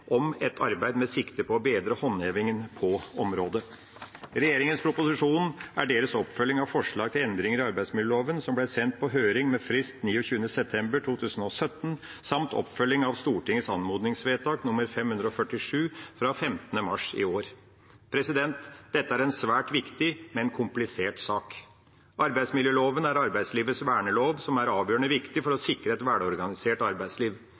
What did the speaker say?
om et arbeid med sikte på å bedre håndhevingen på området. Proposisjonen er regjeringas oppfølging av forslag til endringer i arbeidsmiljøloven, som ble sendt på høring med frist 29. september 2017, samt oppfølging av Stortingets anmodningsvedtak nr. 547 fra 15. mars i år. Dette er en svært viktig, men komplisert sak. Arbeidsmiljøloven er arbeidslivets vernelov, som er avgjørende viktig for å sikre et velorganisert arbeidsliv.